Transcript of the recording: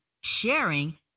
sharing